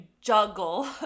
juggle